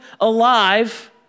alive